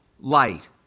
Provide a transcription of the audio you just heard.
light